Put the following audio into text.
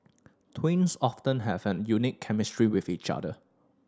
twins often have a unique chemistry with each other